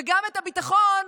וגם הביטחון,